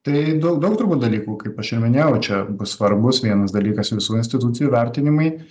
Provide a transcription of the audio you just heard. tai dau daug turbūt dalykų kaip aš ir minėjau čia bus svarbus vienas dalykas visų institucijų vertinimai